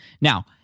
Now